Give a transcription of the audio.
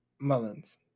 Mullins